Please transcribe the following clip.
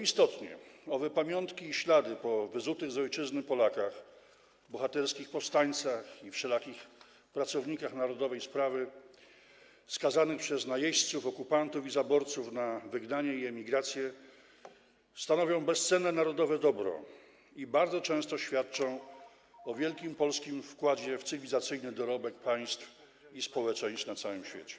Istotnie owe pamiątki i ślady po wyzutych z ojczyzny Polakach, bohaterskich powstańcach i wszelakich pracownikach narodowej sprawy skazanych przez najeźdźców, okupantów i zaborców na wygnanie i emigrację stanowią bezcenne narodowe dobro i bardzo często świadczą o wielkim polskim wkładzie w cywilizacyjny dorobek państw i społeczeństw na całym świecie.